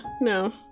No